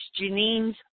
Janine's